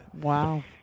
Wow